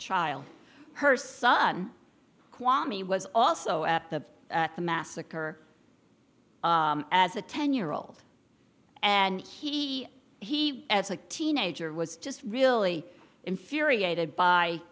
child her son kwame was also at the at the massacre as a ten year old and he he as a teenager was just really infuriated by